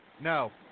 No